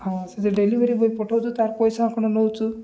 ହଁ ସେ delivery boy ପଠାଉଛୁ ତା'ର ପଇସା ଆପଣ ନେଉଛୁ